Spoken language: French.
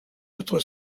notre